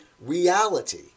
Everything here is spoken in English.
reality